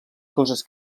coses